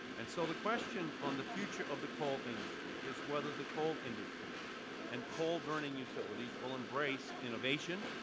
and so the question on the future of the coal industry is whether the coal industry and coal burning utilities will embrace innovation,